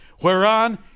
Whereon